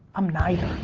i'm neither.